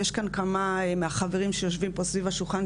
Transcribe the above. יש כאן כמה מהחברים שיושבים פה סביב השולחן,